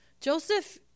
Joseph